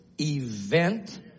event